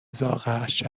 ذائقهاش